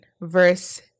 verse